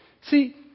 See